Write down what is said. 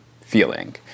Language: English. feeling